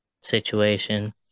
situation